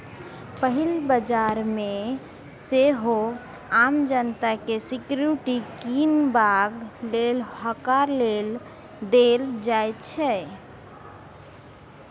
पहिल बजार मे सेहो आम जनता केँ सिक्युरिटी कीनबाक लेल हकार देल जाइ छै